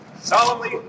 solemnly